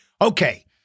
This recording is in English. Okay